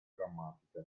grammatica